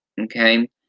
okay